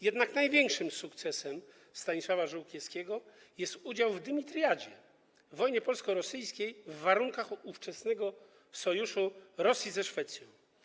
Jednak największym sukcesem Stanisława Żółkiewskiego był udział w dymitriadzie, wojnie polsko-rosyjskiej w warunkach ówczesnego sojuszu Rosji ze Szwecją.